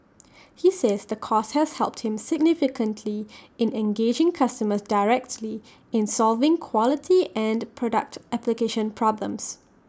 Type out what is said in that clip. he says the course has helped him significantly in engaging customers directly in solving quality and product application problems